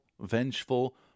vengeful